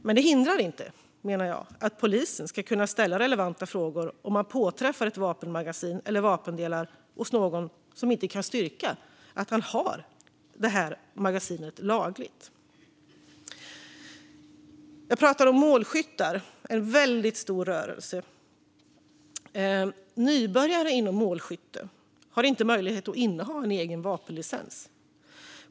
Med jag menar att det inte hindrar polisen från att kunna ställa relevanta frågor om man påträffar ett vapenmagasin eller vapendelar hos någon som inte kan styrka att han lagligt innehar magasinet. Jag har pratat om målskyttar - en väldigt stor rörelse. Nybörjare inom målskytte har inte möjlighet att inneha egen vapenlicens.